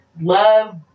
Love